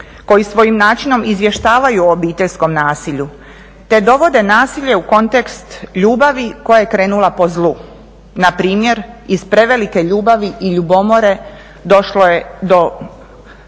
koji svojim načinom izvještavaju o obiteljskom nasilju te dovode nasilje u kontekst ljubavi koja je krenula po zlu. Npr. iz prevelike ljubavi i ljubomore došlo je do